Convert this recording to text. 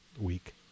week